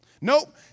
Nope